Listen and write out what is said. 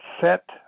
set